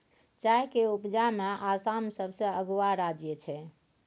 चाय के उपजा में आसाम सबसे अगुआ राज्य छइ